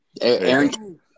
Aaron